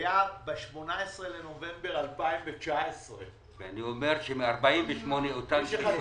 היה ב-18 בנובמבר 2019. ואני אומר שמ-48' אותן שיטות.